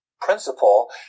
principle